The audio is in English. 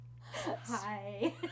Hi